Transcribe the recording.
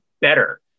better